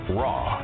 raw